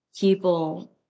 people